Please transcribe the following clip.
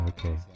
Okay